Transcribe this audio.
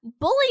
Bully